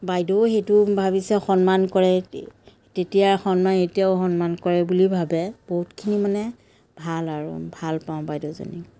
বাইদেউও সেইটো ভাবিছে সন্মান কৰে তেতিয়া সন্মান এতিয়াও সন্মান কৰে বুলি ভাবে বহুতখিনি মানে ভাল আৰু ভাল পাওঁ বাইদেউজনীক